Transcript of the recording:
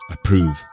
Approve